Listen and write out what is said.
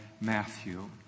Matthew